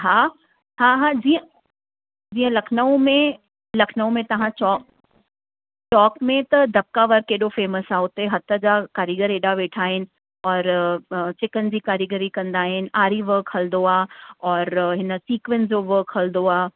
हा हा हा जीअं जीअं लखनऊ में लखनऊ में तव्हां चौक चौक में त दॿका वर्क केॾो फ़ेमस आहे हुते हथ जा कारीगर एॾा वेठा आहिनि और चिकन जी कारीगरी कंदा आहिनि आरी वर्क हलंदो आहे और हिन सीकवेंस जो वर्क हलंदो आहे